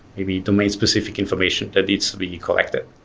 maybe domain specific information that needs to be collected.